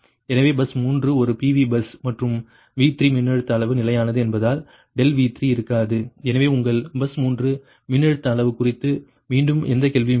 எனவே பஸ் 3 ஒரு PV bus மற்றும் V3 மின்னழுத்த அளவு நிலையானது என்பதால் ∆V3 இருக்காது எனவே உங்கள் பஸ் 3 மின்னழுத்த அளவு குறித்து மீண்டும் எந்த கேள்வியும் இல்லை